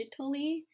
digitally